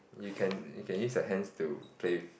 you can you can use your hands to play with